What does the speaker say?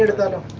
devil